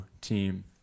team